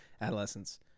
adolescence